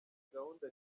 gahunda